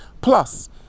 plus